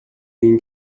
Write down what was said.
اینه